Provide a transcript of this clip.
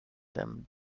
them